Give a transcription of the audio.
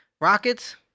Rockets